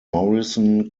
morrison